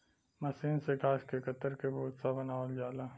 मसीन से घास के कतर के भूसा बनावल जाला